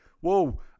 whoa